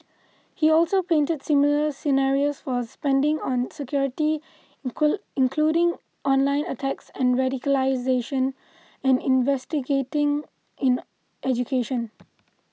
he also painted similar scenarios for spending on security including online attacks and radicalisation and investigating in education